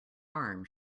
arm